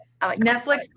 Netflix